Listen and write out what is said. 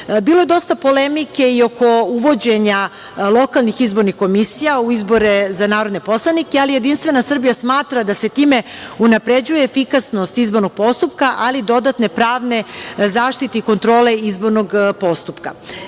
je dosta polemike i oko uvođenja lokalnih izbornih komisija u izbore za narodne poslanike, ali JS smatra da se time unapređuje efikasnost izbornog postupka, ali i dodatne pravne zaštite i kontrole izbornog postupka.